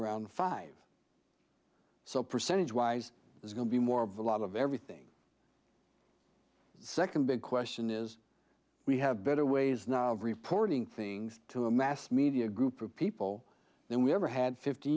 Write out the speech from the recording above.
around five so percentage wise is going to be more of a lot of everything second big question is we have better ways now of reporting things to a mass media group of people than we ever had fifty